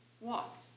walk